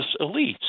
elites